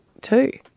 two